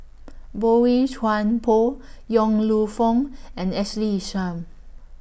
Boey Chuan Poh Yong Lew Foong and Ashley Isham